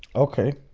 okay,